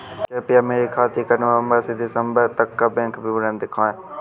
कृपया मेरे खाते का नवम्बर से दिसम्बर तक का बैंक विवरण दिखाएं?